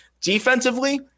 Defensively